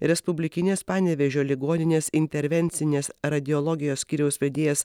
respublikinės panevėžio ligoninės intervencinės radiologijos skyriaus vedėjas